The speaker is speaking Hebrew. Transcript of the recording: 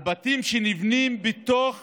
לבתים שנבנים בתוך